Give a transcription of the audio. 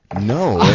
No